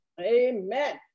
Amen